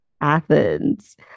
Athens